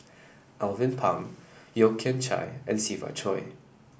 Alvin Pang Yeo Kian Chai and Siva Choy